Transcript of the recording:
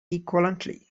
equivalently